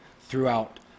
throughout